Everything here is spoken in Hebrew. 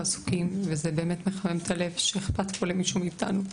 עסוקים וזה באמת מחמם את הלב שאכפת פה למישהו מאיתנו.